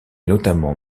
notamment